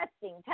testing